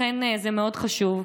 לכן זה מאוד חשוב,